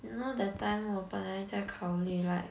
you know that time 我本来在考虑 like